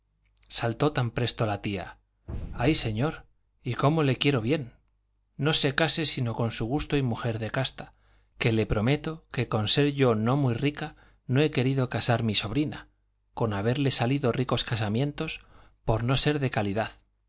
saltó tan presto la tía ay señor y cómo le quiero bien no se case sino con su gusto y mujer de casta que le prometo que con ser yo no muy rica no he querido casar mi sobrina con haberle salido ricos casamientos por no ser de calidad